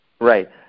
Right